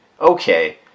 Okay